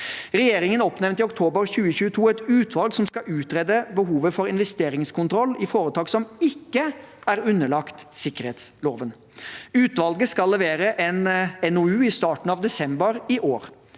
Regjeringen oppnevnte i oktober 2022 et utvalg som skal utrede behovet for investeringskontroll i foretak som ikke er underlagt sikkerhetsloven. Utvalget skal levere en NOU i starten av desember i år.